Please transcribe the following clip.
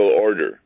order